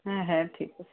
হ্যাঁ হ্যাঁ ঠিক আছে